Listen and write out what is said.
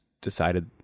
decided